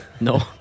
No